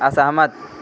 असहमत